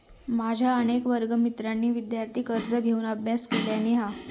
माझ्या अनेक वर्गमित्रांनी विदयार्थी कर्ज घेऊन अभ्यास केलानी हा